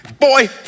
boy